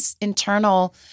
internal